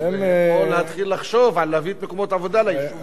או להתחיל לחשוב להביא מקומות עבודה ליישובים.